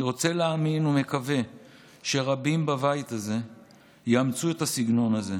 אני רוצה להאמין ומקווה שרבים בבית הזה יאמצו את הסגנון הזה.